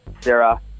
Sarah